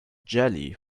jelly